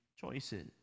choices